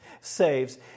saves